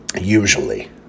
Usually